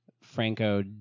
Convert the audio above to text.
franco